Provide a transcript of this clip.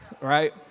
right